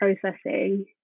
processing